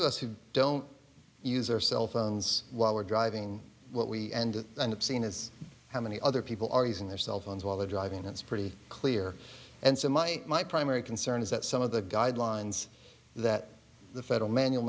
of us who don't use their cell phones while we're driving what we end up seeing as how many other people are using their cell phones while they're driving that's pretty clear and so my my primary concern is that some of the guidelines that the federal manual